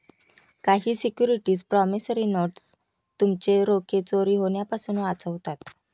काही securities promissory notes तुमचे रोखे चोरी होण्यापासून वाचवतात